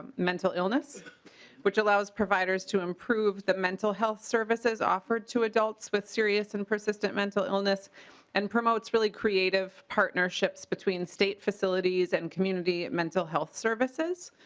mental illness which allows providers to improve the mental health services offered to adults with a serious and persistent mental illness and promotes really creative partnerships between state facilities and community mental health services.